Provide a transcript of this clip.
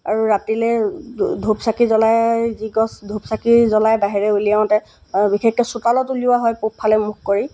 আৰু ৰাতিলে ধূপ চাকি জ্বলাই যিগছ ধূপ চাকি জ্বলাই বাহিৰলৈ উলিয়াওঁতে বিশেষকৈ চোতালত উলিওৱা হয় পূবফালে মুখ কৰি